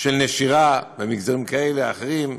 של נשירה במגזרים כאלה, אחרים,